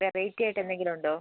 വെറൈറ്റിയായിട്ട് എന്തെങ്കിലും ഉണ്ടോ